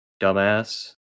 Dumbass